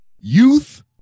youth